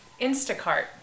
Instacart